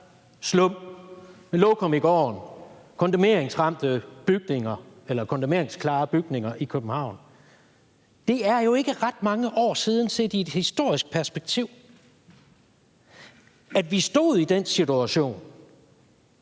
slum, med lokum i gården, med kondemneringklare bygninger i København. Det er jo ikke ret mange år siden set i et historisk perspektiv, at vi stod i den situation,